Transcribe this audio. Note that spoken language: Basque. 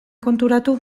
konturatu